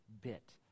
bit